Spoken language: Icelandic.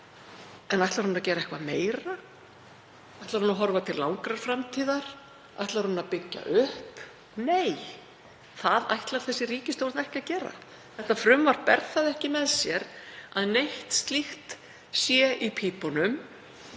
En ætlar hún að gera eitthvað meira? Ætlar hún að horfa til langrar framtíðar? Ætlar hún að byggja upp? Nei, það ætlar þessi ríkisstjórn ekki að gera. Þetta frumvarp ber ekki með sér að neitt slíkt sé í pípunum.